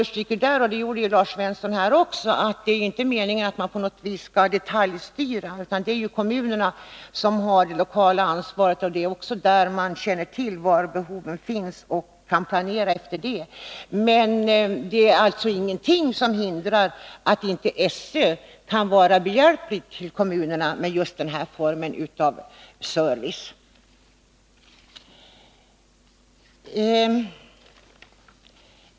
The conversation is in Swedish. Utskottet underströk — det gjorde även Lars Svensson — att det inte är meningen att man på något sätt skall detaljstyra. Kommunerna har det lokala ansvaret. De känner bäst till var behovet finns och kan planera därefter. Men ingenting hindrar att SÖ kan vara kommunerna behjälplig med just denna form av service.